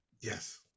Yes